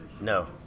No